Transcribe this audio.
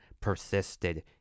persisted